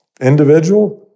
individual